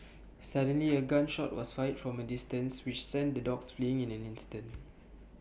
suddenly A gun shot was fired from A distance which sent the dogs fleeing in an instant